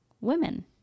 women